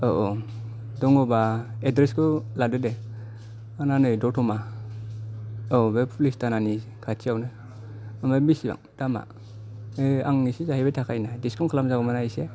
औ औ दङबा एड्रेस खौ लादो दे आंना नै दतमा औ बे पुलिस थानानि खाथियावनो ओमफ्राय बिसिबां दामा आं नोंसोरनाव जाहैबाय थाखायोना दिसकाउन्ट खालामजागौमोन ना इसे